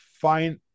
find